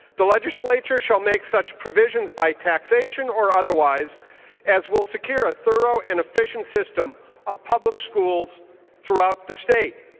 the legislature shall make such provisions by taxation or otherwise as will secure a thorough and efficient system of public schools throughout the state.